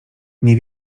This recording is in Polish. nie